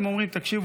הם אומרים: תקשיבו,